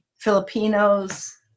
Filipinos